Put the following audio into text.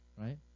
right